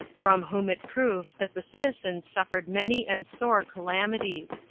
from whom it proved that the citizens suffered many and sore calamities.